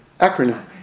acronym